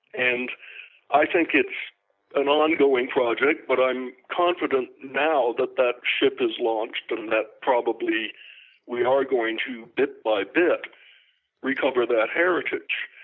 and i think it's an ongoing project but i'm confident now that that ship has launched but and that probably we are going to bit by bit recover that heritage